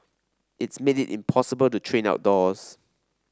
it's made it impossible to train outdoors